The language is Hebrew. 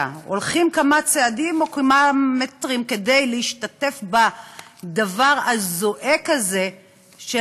הולכים כמה צעדים או כמה מטרים כדי להשתתף בדבר הזועק הזה של